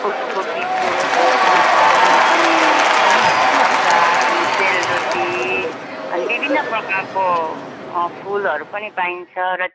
कोदोको पिठो ताँबा अनि ताँबाको अचार अनि सेलरोटी अनि विभिन्न प्रकारको फुलहरू पनि पाइन्छ र